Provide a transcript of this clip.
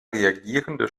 reagierende